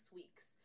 weeks